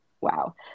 Wow